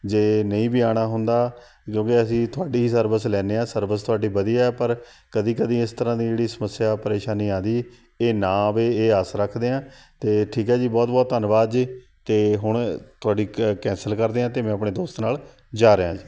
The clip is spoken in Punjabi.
ਜੇ ਨਹੀਂ ਵੀ ਆਉਣਾ ਹੁੰਦਾ ਜੋ ਕਿ ਅਸੀਂ ਤੁਹਾਡੀ ਹੀ ਸਰਵਿਸ ਲੈਦੇ ਹਾਂ ਸਰਵਿਸ ਤੁਹਾਡੀ ਵਧੀਆ ਆ ਪਰ ਕਦੀ ਕਦੀ ਇਸ ਤਰ੍ਹਾਂ ਦੀ ਜਿਹੜੀ ਸਮੱਸਿਆ ਪਰੇਸ਼ਾਨੀ ਆਉਂਦੀ ਇਹ ਨਾ ਆਵੇ ਇਹ ਆਸ ਰੱਖਦੇ ਹਾਂ ਅਤੇ ਠੀਕ ਆ ਜੀ ਬਹੁਤ ਬਹੁਤ ਧੰਨਵਾਦ ਜੀ ਅਤੇ ਹੁਣ ਤੁਹਾਡੀ ਕੈਂ ਕੈਂਸਲ ਕਰਦੇ ਹਾਂ ਅਤੇ ਮੈਂ ਆਪਣੇ ਦੋਸਤ ਨਾਲ ਜਾ ਰਿਹਾ ਜੀ